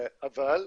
אבל,